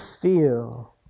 feel